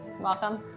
Welcome